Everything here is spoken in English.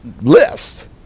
list